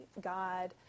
God